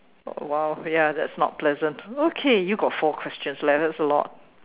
!wow! ya that's not pleasant okay you've got four questions left that's a lot